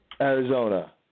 Arizona